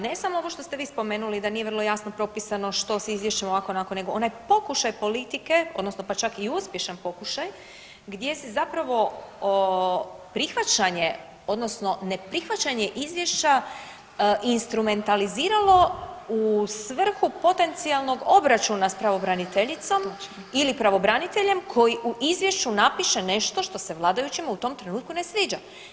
Ne samo ovo što ste vi spomenuli da nije vrlo jasno propisano što s izvješćem ovako, onako, onaj pokušaj politike odnosno pa čak i uspješan pokušaj gdje se zapravo prihvaćanje odnosno neprihvaćanje izvješća instrumentaliziralo u svrhu potencijalnog obračuna s pravobraniteljicom ili pravobraniteljem koji u izvješću napiše nešto što se vladajućima u tom trenutku ne sviđa.